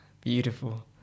Beautiful